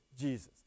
Jesus